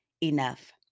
enough